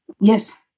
yes